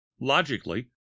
logically